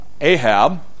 Ahab